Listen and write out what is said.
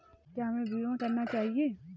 क्या हमें बीमा करना चाहिए?